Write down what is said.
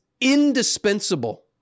indispensable